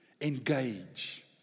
engage